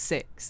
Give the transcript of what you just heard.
Six